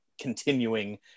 continuing